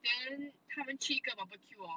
then 他们去一个 barbeque hor